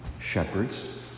shepherds